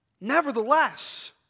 Nevertheless